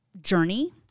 journey